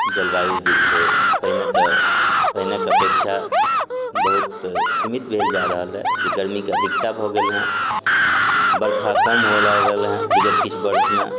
जलवायु जे छै पहिने तऽ पहिनेक अपेक्षा बहुत सीमित भेल जा रहल हँ जे गर्मीके अधिकता भऽ गेल हँ बरखा कम हो गेल हँ बिगत किछु वर्षमे